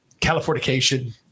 Californication